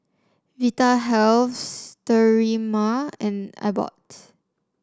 Vitahealth Sterimar and Abbott